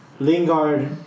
Lingard